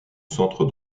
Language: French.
centre